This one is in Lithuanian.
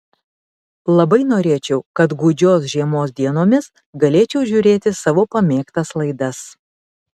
labai norėčiau kad gūdžios žiemos dienomis galėčiau žiūrėti savo pamėgtas laidas